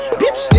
bitch